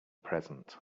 present